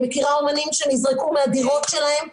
אני מכירה אומנים שנזרקו מהדירות שלהם.